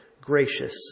gracious